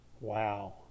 Wow